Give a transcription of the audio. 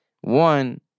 one